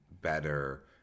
better